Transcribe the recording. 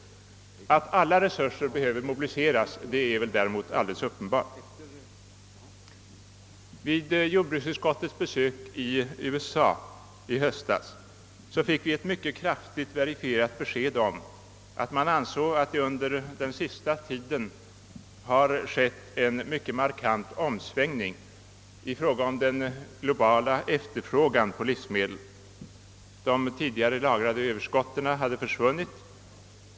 Att alla resurser behöver mobiliseras är däremot alldeles uppenbart. Vid jordbruksutskottets besök i USA i höstas fick vi ett mycket kraftigt verifierat besked om att man ansåg att under den senaste tiden en mycket markant omsvängning hade ägt rum i fråga om den globala efterfrågan på livsmedel. De tidigare lagrade överskotten hade försvunnit.